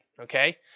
okay